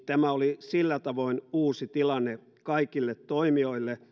tämä oli sillä tavoin uusi tilanne kaikille toimijoille